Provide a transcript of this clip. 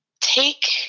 take